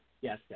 Yes